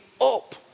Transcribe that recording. up